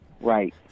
Right